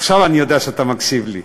עכשיו אני יודע שאתה מקשיב לי.